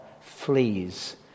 fleas